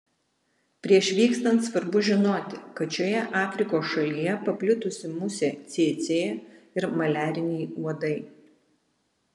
prieš vykstant svarbu žinoti kad šioje afrikos šalyje paplitusi musė cėcė ir maliariniai uodai